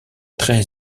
très